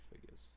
figures